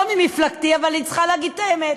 לא ממפלגתי, אבל אני צריכה להגיד את האמת.